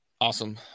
Awesome